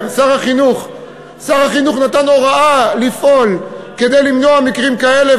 שר החינוך נתן הוראה לפעול כדי למנוע מקרים כאלה,